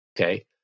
okay